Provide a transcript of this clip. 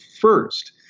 first